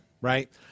right